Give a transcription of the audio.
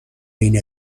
این